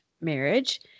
marriage